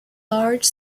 large